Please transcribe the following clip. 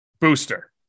booster